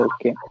Okay